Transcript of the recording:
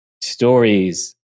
Stories